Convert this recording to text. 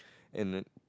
and then